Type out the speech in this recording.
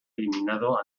eliminado